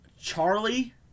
Charlie